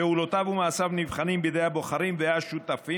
פעולותיו ומעשיו נבחנים בידי הבוחרים והשותפים